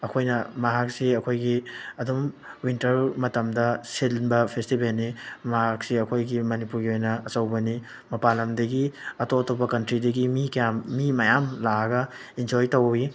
ꯑꯩꯈꯣꯏꯅ ꯃꯍꯥꯛꯁꯦ ꯑꯩꯈꯣꯏꯒꯤ ꯑꯗꯨꯝ ꯋꯤꯟꯇꯔ ꯃꯇꯝꯗ ꯁꯤꯟꯕ ꯐꯦꯁꯇꯤꯚꯦꯜꯅꯤ ꯃꯍꯥꯛꯁꯤ ꯑꯩꯈꯣꯏꯒꯤ ꯃꯅꯤꯄꯨꯔꯒꯤ ꯑꯣꯏꯅ ꯑꯆꯧꯕꯅꯤ ꯃꯄꯥꯟ ꯂꯝꯗꯒꯤ ꯑꯇꯣꯞ ꯑꯇꯣꯞꯄ ꯀꯟꯇ꯭ꯔꯤꯗꯒꯤ ꯃꯤ ꯀꯌꯥꯝ ꯃꯌꯥꯝ ꯂꯥꯛꯑꯒ ꯑꯦꯟꯖꯣꯏ ꯇꯧꯋꯤ